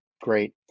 Great